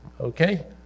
okay